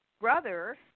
brother